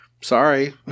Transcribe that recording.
Sorry